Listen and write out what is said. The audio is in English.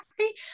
sorry